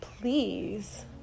please